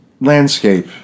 landscape